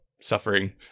suffering